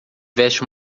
veste